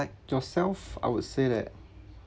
yourself I would say that